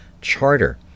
charter